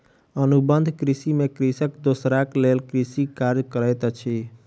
अनुबंध कृषि में कृषक दोसराक लेल कृषि कार्य करैत अछि